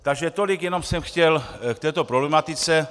Takže tolik jenom jsem chtěl k této problematice.